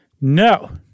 No